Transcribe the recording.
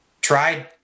tried